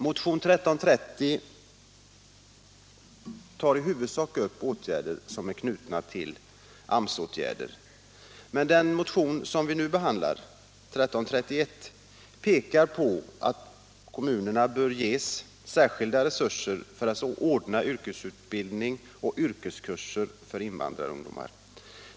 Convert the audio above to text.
Motion 1330 tar i huvudsak upp åtgärder som är knutna till AMS åtgärder. Men den motion som vi nu behandlar, 1331, pekar på att kommunerna bör ges särskilda resurser för att ordna yrkesutbildning och yrkeskurser för invandrarungdomar.